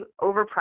overpriced